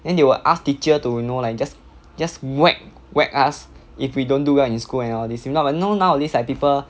then they will ask teacher to you know like just just whack whack us if we don't do well in school and all this if not like you know nowadays like people